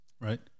Right